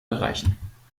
erreichen